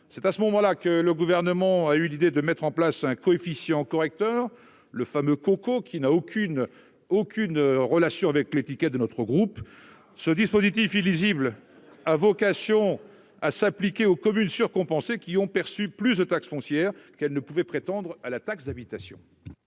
C'est à ce moment-là que le Gouvernement a eu l'idée de mettre en place un coefficient correcteur, le fameux « coco », qui n'a aucune relation avec l'étiquette de notre groupe. Ce dispositif illisible a vocation à s'appliquer aux communes surcompensées qui ont perçu plus de taxe foncière que ce à quoi elles auraient pu prétendre dans le cadre de la taxe d'habitation.